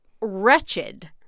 wretched